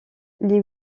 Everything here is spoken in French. les